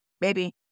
baby